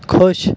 ਖੁਸ਼